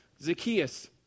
Zacchaeus